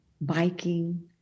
biking